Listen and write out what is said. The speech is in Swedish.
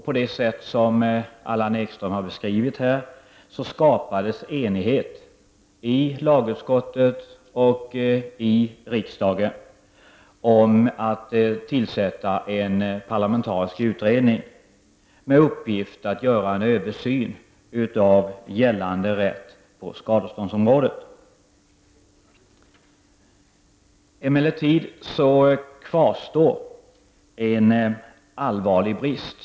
På det sätt som Allan Ekström här har beskrivit skapades så småningom enighet i lagutskottet och i riksdagen om att tillsätta en parlamentarisk utredning med uppgift att göra en översyn av gällande rätt på skadeståndsområdet. Emellertid kvarstår en allvarlig brist.